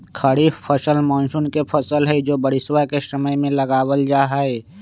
खरीफ फसल मॉनसून के फसल हई जो बारिशवा के समय में लगावल जाहई